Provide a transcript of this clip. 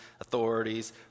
authorities